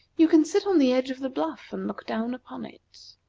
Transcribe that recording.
you can sit on the edge of the bluff and look down upon it.